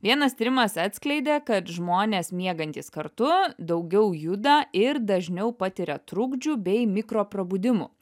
vienas tyrimas atskleidė kad žmonės miegantys kartu daugiau juda ir dažniau patiria trukdžių bei mikro prabudimų